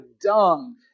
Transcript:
dung